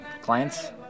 clients